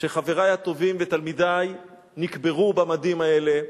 כשחברי הטובים ותלמידי נקברו במדים האלה,